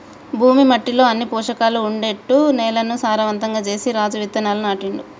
భూమి మట్టిలో అన్ని పోషకాలు ఉండేట్టు నేలను సారవంతం చేసి రాజు విత్తనాలు నాటిండు